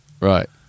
Right